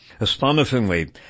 Astonishingly